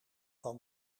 van